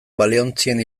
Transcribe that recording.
baleontzien